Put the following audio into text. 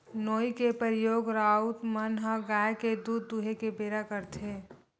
नोई के परियोग राउत मन ह गाय के दूद दूहें के बेरा करथे